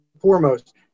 foremost